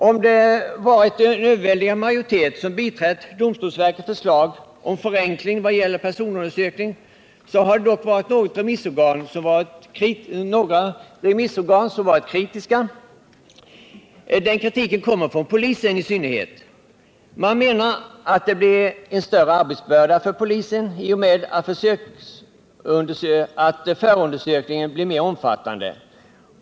Även om en överväldigande majoritet biträtt domstolsverkets förslag om förenkling i vad gäller personundersökningar har dock något remissorgan haft kritiska synpunkter. Den kritiken har kommit i synnerhet från polisen. Man menar att det blir en större arbetsbörda för polisen i och med att förundersökningen blev mera omfattande.